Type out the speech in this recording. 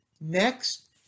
next